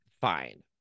fine